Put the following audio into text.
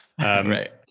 right